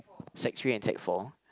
Sec three and Sec four